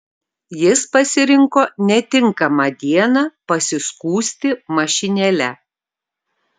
jis pasirinko netinkamą dieną pasiskųsti mašinėle